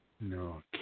no